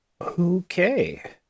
Okay